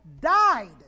died